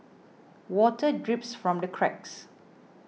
water drips from the cracks